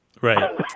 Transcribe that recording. Right